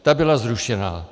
Ta byla zrušena.